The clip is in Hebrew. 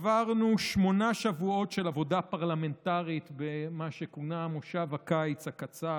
עברנו שמונה שבועות של עבודה פרלמנטרית במה שכונה מושב הקיץ הקצר,